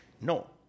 No